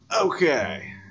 Okay